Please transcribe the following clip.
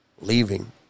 leaving